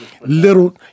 Little